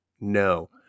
no